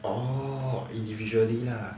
orh individually lah